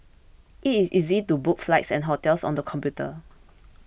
it is easy to book flights and hotels on the computer